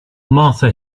martha